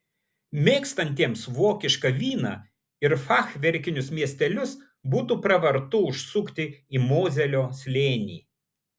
mėgstantiems vokišką vyną ir fachverkinius miestelius būtų pravartu užsukti į mozelio slėnį